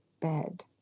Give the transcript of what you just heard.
bed